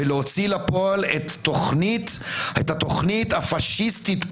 זו גם פסיקה.